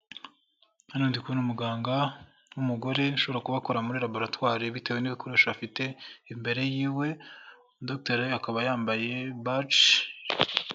Hano ndi kubona umuganga w'umugore, ushobora kubakora muri laboratware bitewe n'ibikoresho afite, imbere y'iwe, dogiteri akaba yambaye baji.